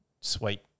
sweet